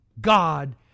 God